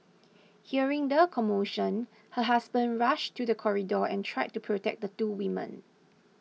hearing the commotion her husband rushed to the corridor and tried to protect the two women